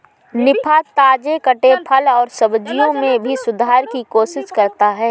निफा, ताजे कटे फल और सब्जियों में भी सुधार की कोशिश करता है